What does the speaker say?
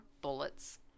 bullets